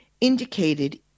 indicated